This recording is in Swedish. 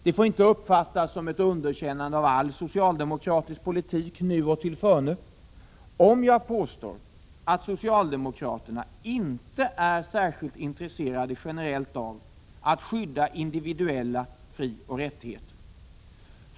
Det får inte uppfattas som ett underkännande av all socialdemokratisk politik nu och tillförne om jag påstår att socialdemokraterna generellt inte är särskilt intresserade av att skydda individuella frioch rättigheter.